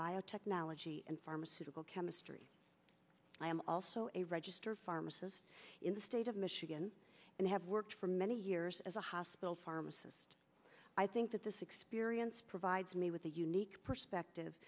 biotechnology and pharmaceutical chemistry i am also a registered pharmacist in the state of michigan and have worked for many years as a hospital pharmacist i think that the experience provides me with a unique perspective